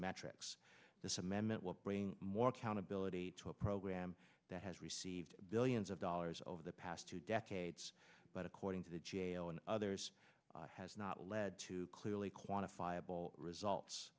metrics this amendment will bring more accountability to a program that has received billions of dollars over the past two decades but according to the g a o and others has not led to clearly quantifiable results